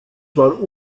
zwar